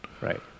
right